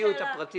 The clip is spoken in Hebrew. הביאו את הפרטים.